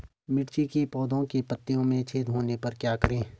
मिर्ची के पौधों के पत्तियों में छेद होने पर क्या करें?